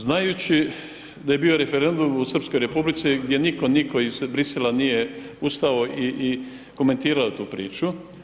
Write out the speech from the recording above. Znajući da je bio referendum u Srpskoj Republici gdje nitko iz Brisela nije ustao i komentirao tu priču.